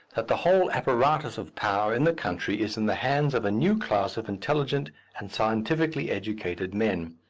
that the whole apparatus of power in the country is in the hands of a new class of intelligent and scientifically-educated men.